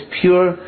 pure